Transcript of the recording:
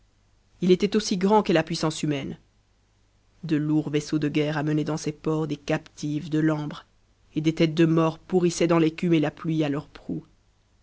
domaine iiétait aussi grand qu'est la puissance humaine de lourds vaisseaux de guerre amenaient dans ses ports des captives de l'ambre et des têtes de morts pourrissaient dans l'écume et la pluie à leurs proues